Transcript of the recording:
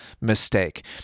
mistake